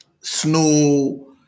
snow